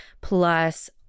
plus